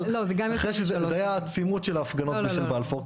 אבל זה היה העצימות של ההפגנות בבלפור.